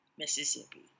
Mississippi